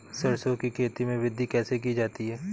सरसो की खेती में वृद्धि कैसे की जाती है?